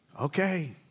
Okay